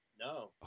No